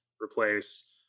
replace